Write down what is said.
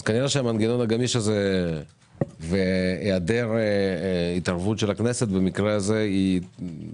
אז כנראה המנגנון הגמיש הזה והיעדר התערבות של הכנסת במקרה הזה דווקא